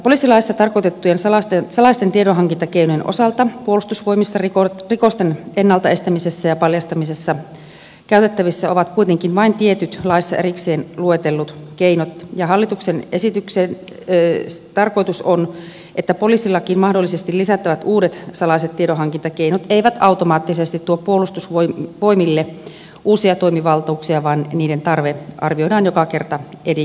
poliisilaissa tarkoitettujen salaisten tiedonhankintakeinojen osalta puolustusvoimissa ovat rikosten ennalta estämisessä ja paljastamisessa käytettävissä kuitenkin vain tietyt laissa erikseen luetellut keinot ja hallituksen esityksen tarkoitus on että poliisilakiin mahdollisesti lisättävät uudet salaiset tiedonhankintakeinot eivät automaattisesti tuo puolustusvoimille uusia toimivaltuuksia vaan niiden tarve arvioidaan joka kerta erikseen